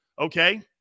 Okay